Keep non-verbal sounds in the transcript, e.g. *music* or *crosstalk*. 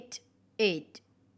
*unintelligible* eight